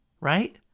Right